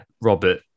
Robert